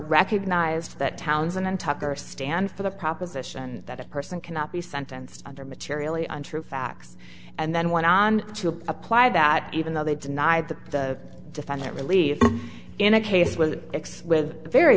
recognized that towns and tucker stand for the proposition that a person cannot be sentenced under materially untrue facts and then went on to apply that even though they denied that the defendant relieved in a case w